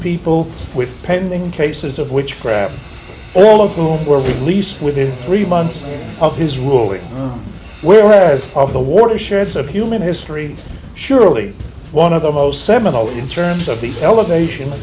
people with pending cases of witchcraft all of whom were released within three months of his ruling whereas of the warships of human history surely one of the most seminal in terms of the elevation